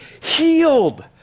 healed